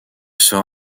sera